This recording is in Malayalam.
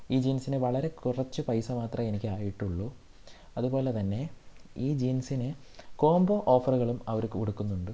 ഈ ജീൻസിന് വളരെ കുറച്ച് പൈസ മാത്രമേ എനിക്ക് ആയിട്ടുള്ളു അതുപോലെ തന്നെ ഈ ജീൻസിന് കോംബോ ഓഫറുകളും അവർ കൊടുക്കുന്നുണ്ട്